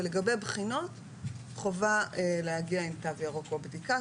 ולגבי בחינות חובה להגיע עם תו ירוק או בדיקה.